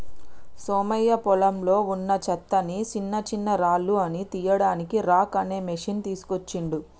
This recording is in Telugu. సోమయ్య పొలంలో వున్నా చెత్తని చిన్నచిన్నరాళ్లు అన్ని తీయడానికి రాక్ అనే మెషిన్ తీస్కోచిండు